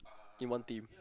in one team